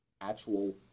actual